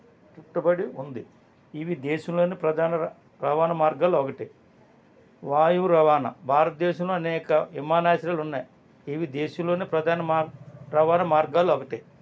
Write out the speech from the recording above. చుట్టబడి ఉంది ఇవి దేశంలోనే ప్రధాన రవాణా మార్గాల్లో ఒకటి వాయువు రవాణా భారత దేశంలో అనేక విమానాశ్రయాలు ఉన్నాయి ఇవి దేశంలోని ప్రధాన మార్గ రవణా మార్గాలు ఒకటి